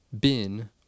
Bin